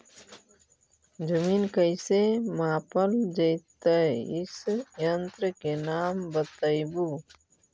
जमीन कैसे मापल जयतय इस यन्त्र के नाम बतयबु?